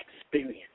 experience